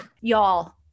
Y'all